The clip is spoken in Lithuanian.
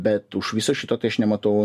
bet už viso šito tai aš nematau